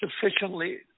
sufficiently